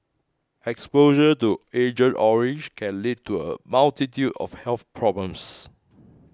exposure to Agent Orange can lead to a multitude of health problems